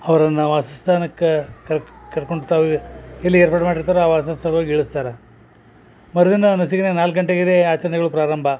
ಅವರನ್ನ ವಾಸಸ್ಥಾನಕ್ಕೆ ಕರ್ಕೊಂಡು ತಾವೇ ಎಲ್ಲಿ ಏರ್ಪಾಡು ಮಾಡಿರ್ತಾರೆ ಆ ವಾಸಸ್ಥಳವಾಗಿ ಇಳಿಸ್ತಾರೆ ಮರುದಿನ ನಾಲ್ಕು ಗಂಟೆಗೆರೀ ಆಚರಣೆಗಳು ಪ್ರಾರಂಭ